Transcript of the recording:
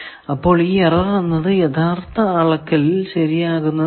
അപ്പോൾ ഈ എറർ എന്നത് യഥാർത്ഥ അളക്കളിൽ ശരിയാക്കാനാകുന്നതാണ്